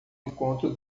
encontro